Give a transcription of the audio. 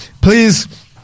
Please